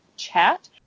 chat